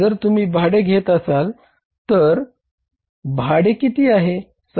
जर तुम्ही भाडे घेत असाल तर भाडे किती आहे